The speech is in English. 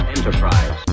Enterprise